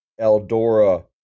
Eldora